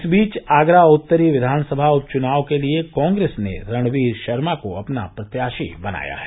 इस बीच आगरा उत्तरी विधानसभा उप चुनाव के लिये कांग्रेस ने रणवीर शर्मा को अपना प्रत्याशी बनाया है